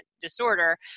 disorder